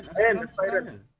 and women